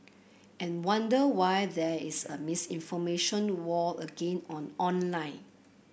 and wonder why there is a misinformation war again on online